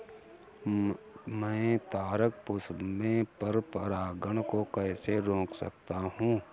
मैं तारक पुष्प में पर परागण को कैसे रोक सकता हूँ?